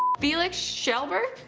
felix shellburg?